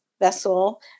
vessel